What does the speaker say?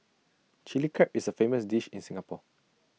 Chilli Crab is A famous dish in Singapore